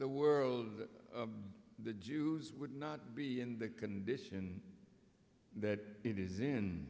the world that the jews would not be in the condition that it is in